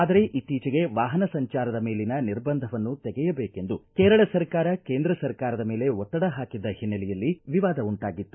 ಆದರೆ ಇತ್ತೀಚೆಗೆ ವಾಹನ ಸಂಚಾರದ ಮೇಲಿನ ನಿರ್ಬಂಧವನ್ನು ತೆಗೆಯಬೇಕೆಂದು ಕೇರಳ ಸರ್ಕಾರ ಕೇಂದ್ರ ಸರ್ಕಾರದ ಮೇಲೆ ಒತ್ತಡ ಹಾಕಿದ್ದ ಹಿನ್ನೆಲೆಯಲ್ಲಿ ವಿವಾದ ಉಂಟಾಗಿತ್ತು